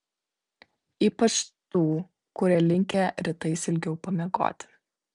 ypač tų kurie linkę rytais ilgiau pamiegoti